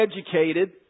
educated